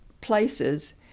places